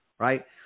Right